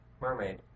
mermaid